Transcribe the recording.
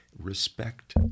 respect